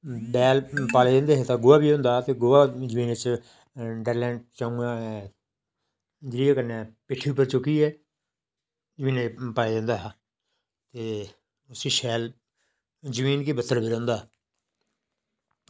दांद पाले दे हे ते गोहा बी होंदा हा ते गोहा जमीन बिच्च डल्लें कन्नै गोहा पिट्ठी पर चुक्कियै जमीनें च पाया जंदा हा ते उस्सी शैल जमीन गी बत्तर बी होंदा हा